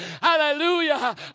Hallelujah